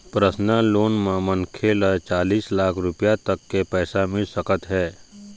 personal loan म मनखे ल चालीस लाख रूपिया तक के पइसा मिल सकत हे